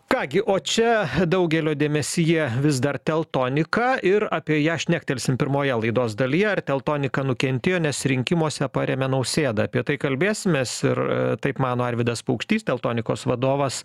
ką gi o čia daugelio dėmesyje vis dar teltonika ir apie ją šnektelsim pirmoje laidos dalyje ar teltonika nukentėjo nes rinkimuose parėmė nausėda apie tai kalbėsimės ir taip mano arvydas paukštys teltonikos vadovas